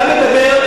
אתה מדבר,